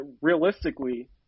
realistically